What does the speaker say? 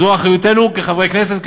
זו אחריותנו כחברי הכנסת,